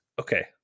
okay